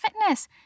fitness